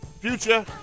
Future